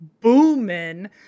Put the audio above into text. booming